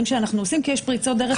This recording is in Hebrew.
שאנחנו עושים כי יש פריצות דרך מדהימות.